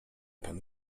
pan